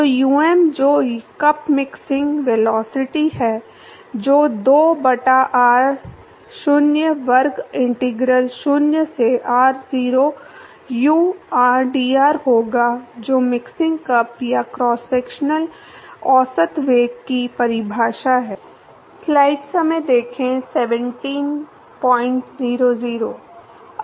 तो um जो cup mixing velocity है जो 2 बटा r0 वर्ग इंटीग्रल 0 से r0 u rdr होगा जो मिक्सिंग कप या क्रॉस सेक्शनल औसत वेग की परिभाषा है